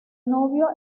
novio